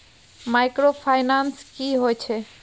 Microfinance की होय छै?